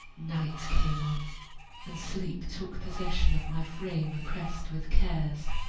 night came on and sleep took possession of my frame oppressed with cares.